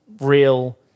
Real